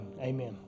amen